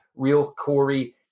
RealCorey